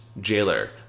jailer